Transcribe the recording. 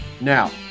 Now